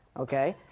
ok,